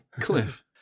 Cliff